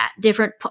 different